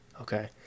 okay